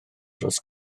dros